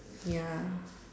ya